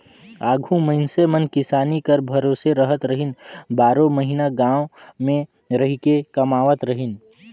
आघु मइनसे मन किसानी कर भरोसे रहत रहिन, बारो महिना गाँव मे रहिके कमावत रहिन